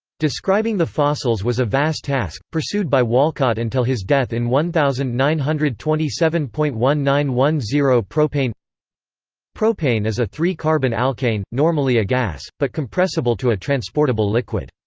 describing the fossils was a vast task, pursued by walcott until his death in one thousand nine hundred and twenty seven point one nine one zero propane propane is a three-carbon alkane, normally a gas, but compressible to a transportable liquid.